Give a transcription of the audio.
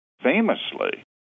famously